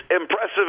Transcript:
Impressive